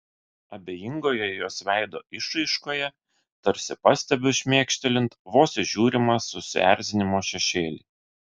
abejingoje jos veido išraiškoje tarsi pastebiu šmėkštelint vos įžiūrimą susierzinimo šešėlį